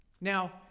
Now